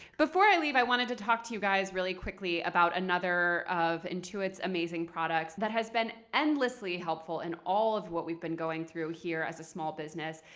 before i leave, i wanted to talk to you guys really quickly about another of intuit's amazing products that has been endlessly helpful in all of what we've been going through here as a small business.